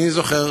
אני זוכר